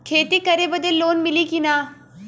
खेती करे बदे लोन मिली कि ना?